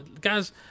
guys